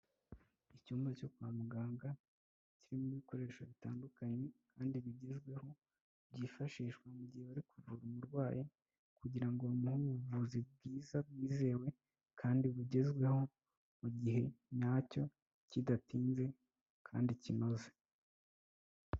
Icyumba cyo kwa muganga kirimo ibikoresho bitandukanye kandi bigezweho, byifashishwa mu gihe bari kuvura umurwayi, kugira ngo bamuhe ubuvuzi bwiza bwizewe kandi bugezweho, mu gihe nyacyo kidatinze kandi kinoze.